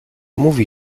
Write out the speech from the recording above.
mówi